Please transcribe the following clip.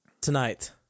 tonight